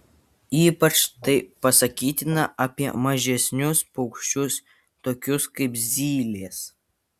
ypač tai pasakytina apie mažesnius paukščius tokius kaip zylės